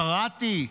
קראתי,